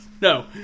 No